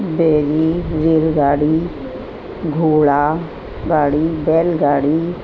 बेड़ी रेल गाॾी घोड़ा गाॾी बैल गाॾी